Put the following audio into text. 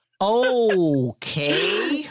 Okay